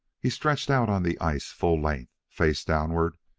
he stretched out on the ice full length, face downward,